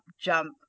jump